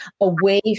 away